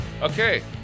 Okay